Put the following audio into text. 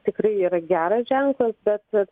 tikrai yra geras ženklas bet